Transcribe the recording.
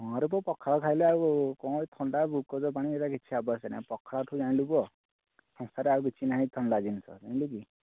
ମୋର ପୁଅ ପଖାଳ ଖାଇଲେ ଆଉ କ'ଣ ଏହି ଥଣ୍ଡା ଗ୍ଲୁକୋଜ୍ ପାଣି ଏଗୁଡା କିଛି ଆବଶ୍ୟକ ନାହିଁ ପଖାଳଠୁ ଜାଣିଲୁ ପୁଅ ସଂସାରରେ ଆଉ କିଛି ନାହିଁ ଥଣ୍ଡା ଜିନିଷ ଜାଣିଲୁ କି